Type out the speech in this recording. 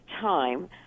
time